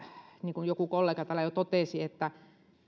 niin kuin joku kollega täällä jo totesi että